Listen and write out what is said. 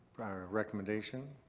prior recommendation.